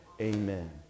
Amen